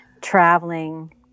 traveling